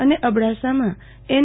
અને અબડાસામાં એન